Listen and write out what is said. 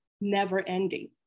never-ending